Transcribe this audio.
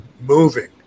moving